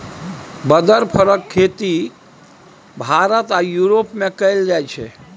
बदर फरक खेती भारत आ युरोप मे कएल जाइ छै